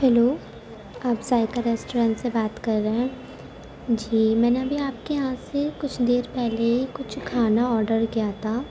hello آپ Saiqa restaurant سے بات کر رہے ہیں جی میں نے ابھی آپ کے یہاں سے کچھ دیر پہلے کچھ کھانا آرڈر کیا تھا